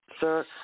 sir